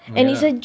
oh ya lah